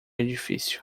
edifício